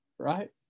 Right